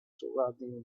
surrounding